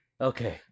Okay